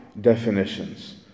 definitions